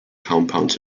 compounds